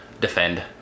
defend